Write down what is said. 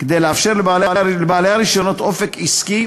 כדי לאפשר לבעלי הרישיונות אופק עסקי